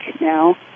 now